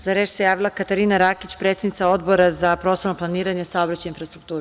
Za reč se javila Katarina Rakić, predsednica Odbora za prostorno planiranje, saobraćaj i infrastrukturu.